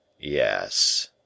Yes